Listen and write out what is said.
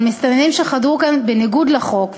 אבל מסתננים שחדרו לכאן בניגוד לחוק,